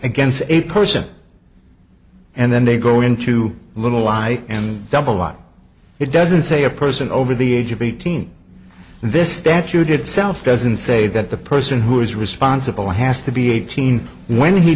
against a person and then they go into a little lie and double what it doesn't say a person over the age of eighteen this statute itself doesn't say that the person who is responsible has to be eighteen when he